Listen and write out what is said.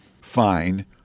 Fine